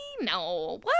no